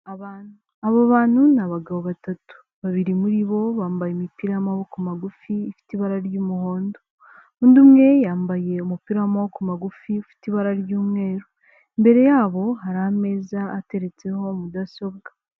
Abantu; abo bantu ni abagabo batatu, babiri muri bo bambaye imipira y'amaboko magufi ifite ibara ry'umuhondo; undi umwe yambaye umupira w'amaboko magufi ufite ibara ry'umweru. Imbere yabo hari ameza ateretseho mudasobwa.